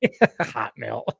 hotmail